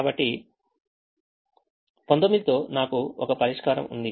కాబట్టి 19 తో నాకు ఒక పరిష్కారం ఉంది